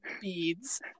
beads